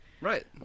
Right